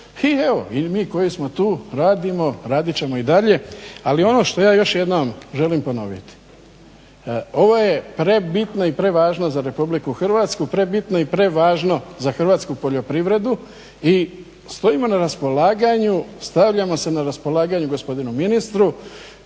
mi evo koji smo tu radimo, radit ćemo i dalje, ali ono što ja još jednom želim ponoviti. Ovo je prebitno i prevažno za RH, prebitno i prevažno za hrvatsku poljoprivredu i stojimo na raspolaganju, stavljamo se na raspolaganju gospodinu ministru